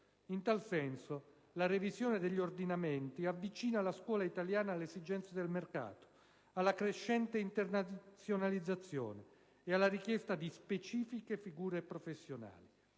In tal senso, la revisione degli ordinamenti avvicina la scuola italiana alle esigenze del mercato, alla crescente internazionalizzazione e alla richiesta di specifiche figure professionali.